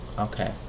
okay